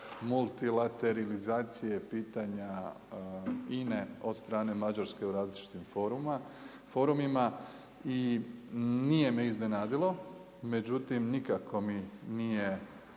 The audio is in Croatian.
multilaterizacije pitanja INA-e od strane Mađarske u različitim forumima. I nije me iznenadilo, međutim nikako mi nije